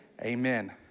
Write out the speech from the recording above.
Amen